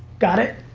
got it?